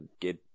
get